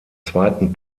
zweiten